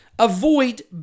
Avoid